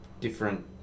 different